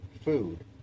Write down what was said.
food